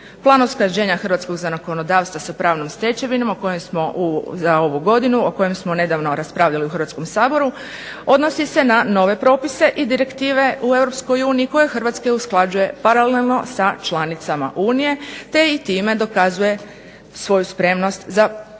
Plan usklađenja hrvatskog zakonodavstva sa pravnom stečevinom, o kojem smo, za ovu godinu, o kojem smo nedavno raspravljali u Hrvatskom saboru, odnosi se na nove propise i direktive u Europskoj uniji, koji Hrvatska usklađuje paralelno sa članicama Unije, te i time dokazuje svoju spremnost za